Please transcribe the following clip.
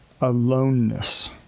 aloneness